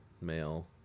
male